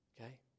Okay